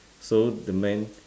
so the man